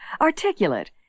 articulate